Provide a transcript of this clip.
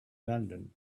london